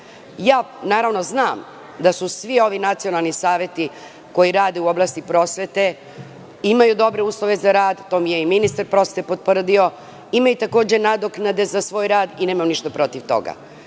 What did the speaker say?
Naravno da znam da svi ovi nacionalni saveti, koji rade u oblasti prosvete, imaju dobre uslove za rad. To mi je i ministar prosvete potvrdio. Imaju takođe i nadoknade za svoj rad i nemam ništa protiv toga.